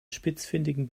spitzfindigen